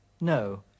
No